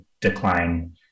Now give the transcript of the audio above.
decline